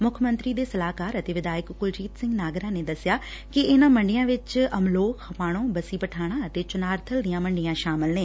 ਮੁੱਖ ਮੰਤਰੀ ਦੇਂ ਸਲਾਹਕਾਰ ਅਤੇ ਵਿਧਾਇਕ ਕੁਲਜੀਤ ਸਿੰਘ ਨਾਗਰਾ ਨੇ ਦਸਿਆ ਕਿ ਇਨ੍ਹਾਂ ਮੰਡੀਆਂ ਵਿਚ ਅਮਲੋਹ ਖਮਾਣੋ ਬੱਸੀ ਪਠਾਣਾ ਅਤੇ ਚਨਾਰਬਲ ਦੀਆਂ ਮੰਡੀਆਂ ਸ਼ਾਮਲ ਨੇ